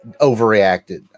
overreacted